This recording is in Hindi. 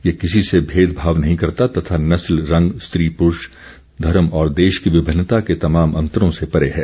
यह किसी से भेदभाव नहीं करता तथा नस्ल रंग स्त्री पुरुष धर्म और देश की विभिन्नता के तमाम अंतरों से परे है